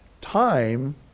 Time